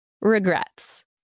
regrets